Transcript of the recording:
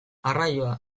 arraioa